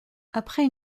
après